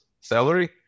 salary